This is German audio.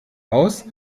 aus